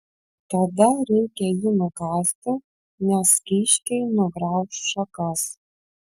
tada reikia jį nukasti nes kiškiai nugrauš šakas